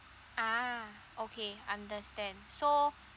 ah okay understand okay so